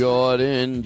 Jordan